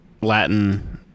latin